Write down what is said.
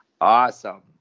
Awesome